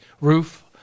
roof